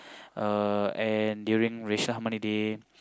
uh and during Racial-Harmony-Day